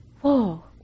whoa